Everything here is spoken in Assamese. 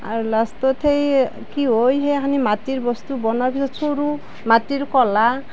আৰু লাষ্টত সেই কি হয় সেইখিনি মাটিৰ বস্তু বনোৱাৰ পিছত চৰু মাটিৰ কলহ